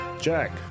Jack